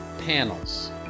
panels